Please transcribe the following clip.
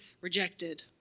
rejected